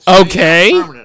Okay